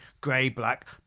grey-black